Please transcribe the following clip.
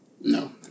No